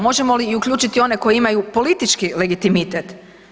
Možemo li uključiti i one koji imaju politički legitimitet?